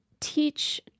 teach –